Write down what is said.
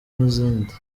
n’izindi